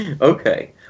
okay